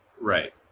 Right